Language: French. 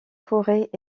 forêt